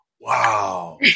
wow